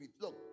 Look